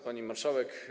Pani Marszałek!